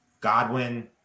Godwin